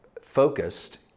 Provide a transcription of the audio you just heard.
focused